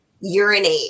urinate